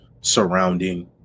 surrounding